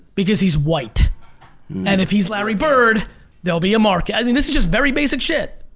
because he's white and if he's larry bird there'll be a mark i think this is just very basic shit.